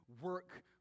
work